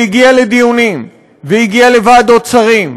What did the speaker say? והיא הגיעה לדיונים והגיעה לוועדות שרים,